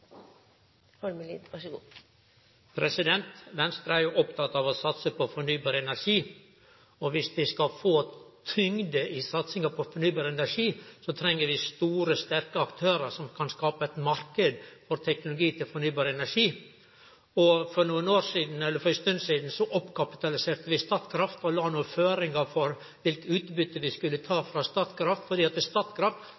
av å satse på fornybar energi, og viss vi skal få tyngd i satsinga på fornybar energi, treng vi store, sterke aktørar som kan skape ein marknad for teknologi til fornybar energi. For ei stund sidan oppkapitaliserte vi Statkraft og la nokre føringar for kva utbytte vi skulle